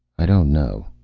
i don't know.